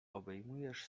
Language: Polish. obejmujesz